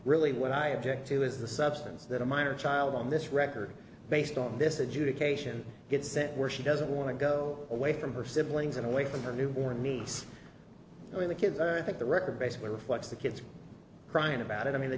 really what i object to is the substance that a minor child on this record based on this adjudication gets sent where she doesn't want to go away from her siblings and away from her newborn niece i mean the kids i think the record basically reflects the kids crying about it i mean the